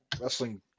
wrestling